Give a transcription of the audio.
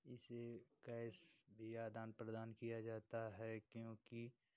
इससे कैश भी आदान प्रदान किया जाता है क्योंकि